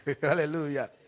Hallelujah